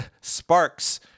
sparks